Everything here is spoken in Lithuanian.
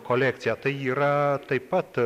kolekciją tai yra taip pat